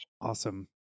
Awesome